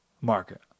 market